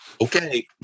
okay